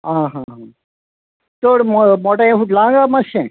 आं हा हा चड मोळ मोटें फुटलां गा मातशें